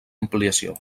ampliació